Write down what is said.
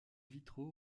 vitraux